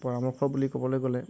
পৰামৰ্শ বুলি ক'বলৈ গ'লে